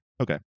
Okay